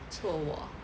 不错 orh